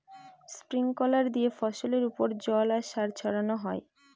sprinkler দিয়ে ফসলের ওপর জল আর সার ছড়ানো হয়